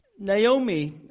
Naomi